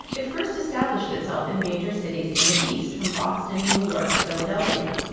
it first established itself in major cities in the east, from boston and new york to philadelphia.